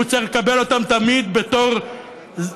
הוא צריך לקבל אותן תמיד בתור נכה,